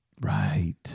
Right